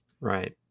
Right